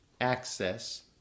access